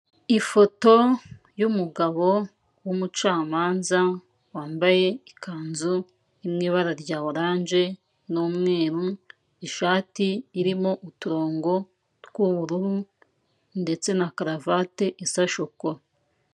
Ifoto y'umugabo w'umucamanza wambaye ikanzu iri mu ibara rya oranje n'umweru, ishati irimo uturongo tw'ubururu ndetse na karavate isa shokora.